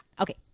Okay